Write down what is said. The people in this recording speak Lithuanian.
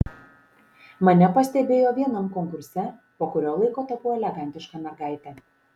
mane pastebėjo vienam konkurse po kurio laiko tapau elegantiška mergaite